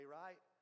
right